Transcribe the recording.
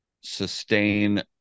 sustain